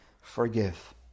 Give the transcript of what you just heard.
forgive